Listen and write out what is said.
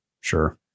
Sure